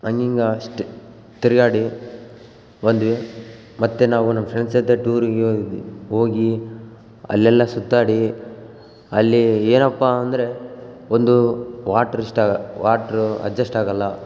ಹಂಗಿಂಗ ಅಷ್ಟೇ ತಿರುಗಾಡಿ ಬಂದ್ವಿ ಮತ್ತು ನಾವು ನಮ್ಮ ಫ್ರೆಂಡ್ಸ್ ಜೊತೆ ಟೂರಿಗೆ ಹೋಗಿದ್ವಿ ಹೋಗಿ ಅಲ್ಲೆಲ್ಲ ಸುತ್ತಾಡಿ ಅಲ್ಲಿ ಏನಪ್ಪಾ ಅಂದರೆ ಒಂದು ವಾಟ್ರ್ ಷ್ಟಾ ವಾಟ್ರ್ ಅಜ್ಜಸ್ಟಾಗೋಲ್ಲ